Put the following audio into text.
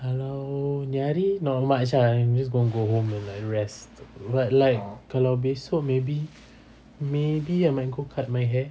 kalau ni hari not much lah I'm just going to go home and like rest but like kalau esok maybe maybe I might go cut my hair